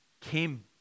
came